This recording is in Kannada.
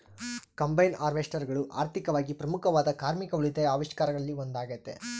ಕಂಬೈನ್ ಹಾರ್ವೆಸ್ಟರ್ಗಳು ಆರ್ಥಿಕವಾಗಿ ಪ್ರಮುಖವಾದ ಕಾರ್ಮಿಕ ಉಳಿತಾಯ ಆವಿಷ್ಕಾರಗಳಲ್ಲಿ ಒಂದಾಗತೆ